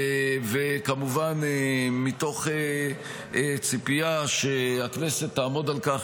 כמובן מתוך ציפייה שהכנסת תעמוד על כך